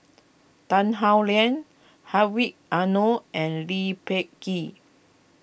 Tan Howe Liang Hedwig Anuar and Lee Peh Gee